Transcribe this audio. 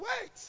Wait